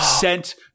sent